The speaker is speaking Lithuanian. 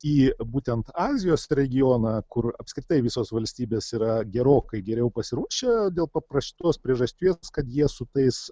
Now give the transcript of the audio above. į būtent azijos regioną kur apskritai visos valstybės yra gerokai geriau pasiruošę dėl paprastos priežasties kad jie su tais